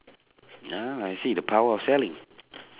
ah I see the power of selling